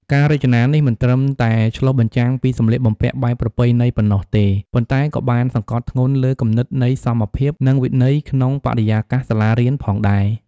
ការរចនានេះមិនត្រឹមតែឆ្លុះបញ្ចាំងពីសម្លៀកបំពាក់បែបប្រពៃណីប៉ុណ្ណោះទេ ប៉ុន្តែក៏បានសង្កត់ធ្ងន់លើគំនិតនៃសមភាព និងវិន័យក្នុងបរិយាកាសសាលារៀនផងដែរ។